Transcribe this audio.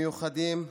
מיוחדים,